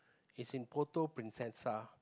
is in Poto Princessa